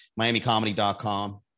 miamicomedy.com